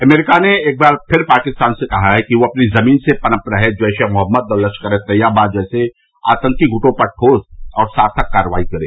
अमरीका ने एक बार फिर पाकिस्तान से कहा है कि वह अपनी जमीन में पनप रहे जैश ए मोहम्मद और लश्करे ए तैयबा जैसे आतंकी गुटों पर ठोस और सार्थक कार्रवाई करें